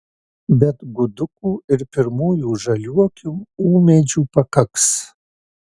bet gudukų ir pirmųjų žaliuokių ūmėdžių pakaks